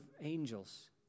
angels